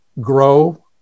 grow